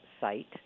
site